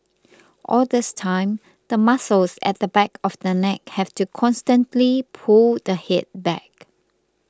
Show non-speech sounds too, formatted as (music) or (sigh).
(noise) all this time the muscles at the back of the neck have to constantly pull the head back